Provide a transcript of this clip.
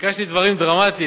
ביקשתי דברים דרמטיים,